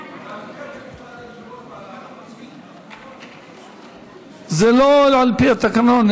אני מבקש להצביע בנפרד על סעיף 3 ובנפרד על סעיף 4. זה לא על פי התקנון.